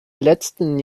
letzten